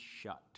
shut